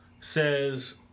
says